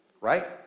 Right